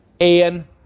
Ian